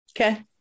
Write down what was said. Okay